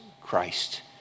Christ